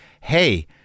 hey